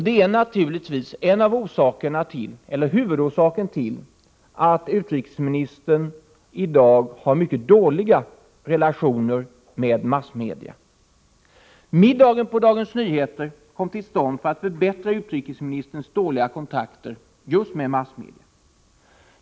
Det är naturligtvis huvudorsaken till att utrikesministern i dag har mycket dåliga relationer med massmedia. Middagen på Dagens Nyheter kom till stånd för att förbättra utrikesministerns dåliga kontakter med just massmedia.